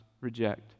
reject